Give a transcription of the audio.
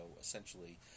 essentially